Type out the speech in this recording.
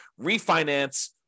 refinance